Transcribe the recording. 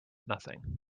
nothing